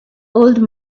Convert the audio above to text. old